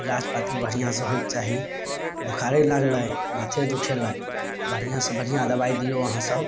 इलाज पाती बढ़िआँसँ होइके चाही बोखारे लागलय माथे दुखेलय बढ़िआँसँ बढ़िआँ दबाइ दियौ अहाँ सब